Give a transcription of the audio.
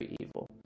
evil